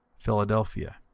philadelphia.